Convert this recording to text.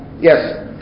yes